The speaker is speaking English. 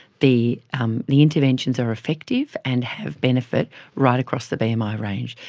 the um the interventions are effective and have benefit right across the bmi um ah range.